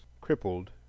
crippled